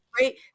Right